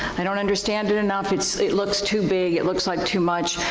i don't understand it enough. it so it looks too big, it looks like too much,